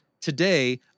Today